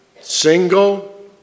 single